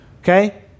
okay